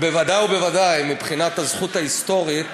ובוודאי ובוודאי מבחינת הזכות ההיסטורית,